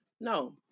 no